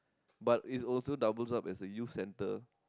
but it's also doubles up as a youth centre